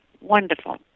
wonderful